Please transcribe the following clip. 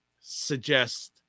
suggest